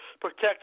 protect